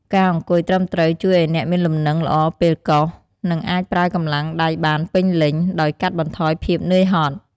ការអង្គុយត្រឹមត្រូវជួយឱ្យអ្នកមានលំនឹងល្អពេលកោស និងអាចប្រើកម្លាំងដៃបានពេញលេញ ដោយកាត់បន្ថយភាពនឿយហត់។